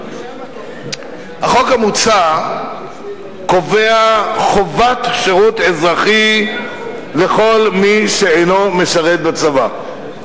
החוק המוצע קובע חובת שירות אזרחי לכל מי שאינו משרת בצבא.